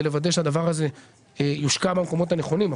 לוודא שהדבר הזה יושקע במקומות הנכונים.